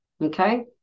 Okay